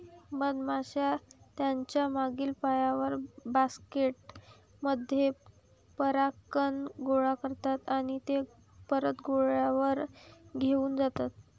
मधमाश्या त्यांच्या मागील पायांवर, बास्केट मध्ये परागकण गोळा करतात आणि ते परत पोळ्यावर घेऊन जातात